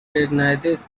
recognizes